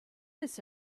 this